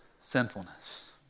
sinfulness